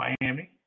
Miami